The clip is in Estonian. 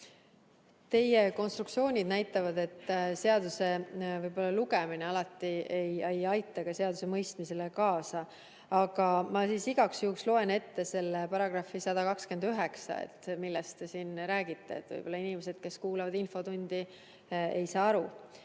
Teie konstruktsioonid näitavad, et seaduse lugemine ei aita alati seaduse mõistmisele kaasa. Ma igaks juhuks loen ette selle § 129, millest te siin räägite – võib-olla inimesed, kes kuulavad infotundi, ei saa aru.